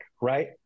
right